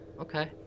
Okay